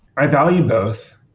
i value both.